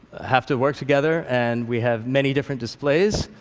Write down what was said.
have to work together, and we have many different displays.